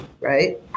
right